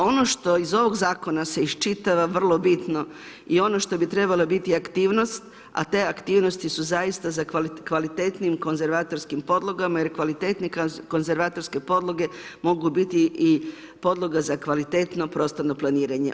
Ono što iz ovog zakona se iščitava vrlo bitno je ono što bi trebale biti aktivnost, a te aktivnosti su zaista za kvalitetnijim konzervatorskim podlogama jer kvalitetne konzervatorske podloge mogu biti i podloga za kvalitetno prostorno planiranje.